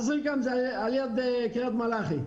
עזריקם זה ליד קרית מלאכי.